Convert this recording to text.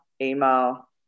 email